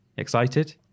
Excited